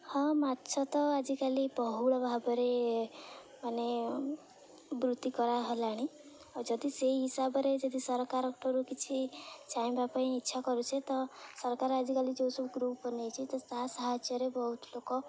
ହଁ ମାଛ ତ ଆଜିକାଲି ବହୁଳ ଭାବରେ ମାନେ ବୃତ୍ତି କରାହେଲାଣି ଆଉ ଯଦି ସେହି ହିସାବରେ ଯଦି ସରକାରଠାରୁ କିଛି ଚାହିଁବା ପାଇଁ ଇଚ୍ଛା କରୁଛେ ତ ସରକାର ଆଜିକାଲି ଯେଉଁ ସବୁ ଗ୍ରୁପ୍ ବନାଇଛି ତ ତା ସାହାଯ୍ୟରେ ବହୁତ ଲୋକ